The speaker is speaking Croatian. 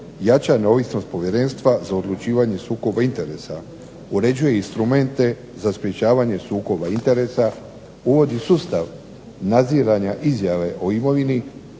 jača neovisnost Povjerenstva za odlučivanje o sukobu interesa, uređuje instrumente za sprječavanje sukoba interesa, uvodi sustav nadziranja izjave o imovini,